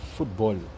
Football